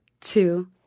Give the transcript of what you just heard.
two